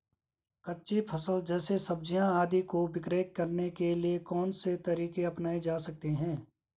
कच्ची फसल जैसे सब्जियाँ आदि को विक्रय करने के लिये कौन से तरीके अपनायें जा सकते हैं?